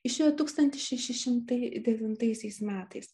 išėjo tūkstantis šeši šimtai devintaisiais metais